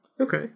Okay